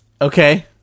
Okay